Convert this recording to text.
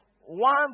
One